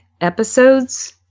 episodes